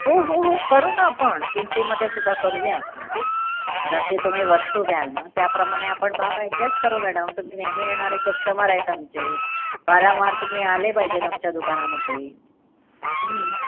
हो हो हो करू ना आपण किमतीमध्ये सुद्धा करूया आपण जसे तुम्ही वस्तू घ्याल ना त्याप्रमाणे आपण भाव ॲडजस्ट करू मॅडम तुम्ही नेहमी येणारे कस्टमर आहेत आमचे वारंवार तुम्ही आले पाहिजे आमच्या दुकानामध्ये